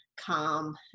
calm